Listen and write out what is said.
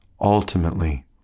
ultimately